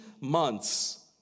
months